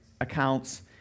accounts